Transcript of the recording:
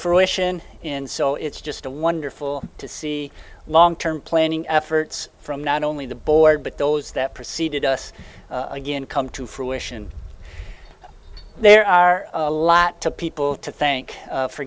fruition in so it's just a wonderful to see long term planning efforts from not only the board but those that preceded us again come to fruition there are a lot to people to thank for